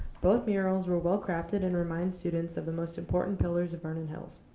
both murals were well crafted and remind students of the most important pillars of vernon hills.